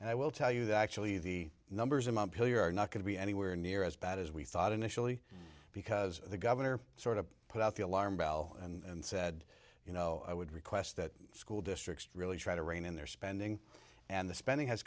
and i will tell you that actually the numbers among people you are not going to be anywhere near as bad as we thought initially because the governor sort of put out the alarm bell and said you know i would request that school districts really try to rein in their spending and the spending has